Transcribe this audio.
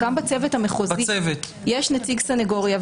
גם בצוות המחוזי יש נציג סניגוריה,